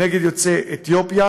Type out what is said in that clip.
נגד יוצאי אתיופיה,